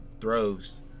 throws